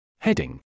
Heading